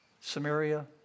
Samaria